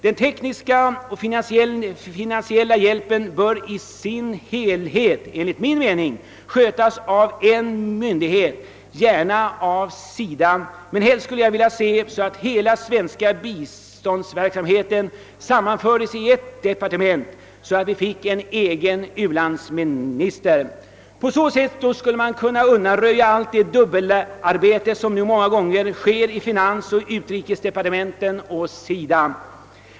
Den tekniska och finansiella hjälpen bör i sin helhet enligt min mening skötas av en myndighet, gärna av SIDA, men helst skulle jag vilja se att hela den svenska biståndsverksamheten sammanfördes i ett departement och att vi fick en egen u-landsminister. På så sätt skulle man t.ex. kunna undanröja det dubbelarbete som nu många gånger sker i finansoch utrikesdepartementen och på SIDA.